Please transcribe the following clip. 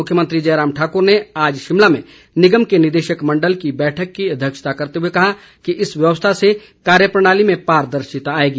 मुख्यमंत्री जयराम ठाक्र ने आज शिमला में निगम के निदेशक मंडल की बैठक की अध्यक्षता करते हुए कहा कि इस व्यवस्था से कार्य प्रणाली में पारदर्शिता आएगी